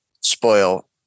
spoil